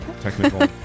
technical